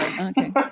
okay